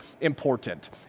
important